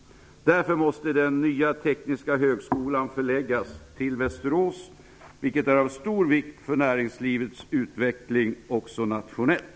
Därför måste den nya tekniska högskolan förläggas till Västerås, vilket är av stor vikt för näringslivets utveckling också nationellt.